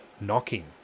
knocking